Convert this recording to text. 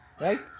right